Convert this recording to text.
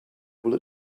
will